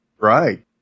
Right